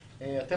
בכנסת,